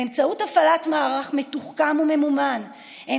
באמצעות הפעלת מערך מתוחכם וממומן הם